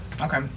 Okay